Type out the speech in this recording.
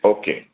okay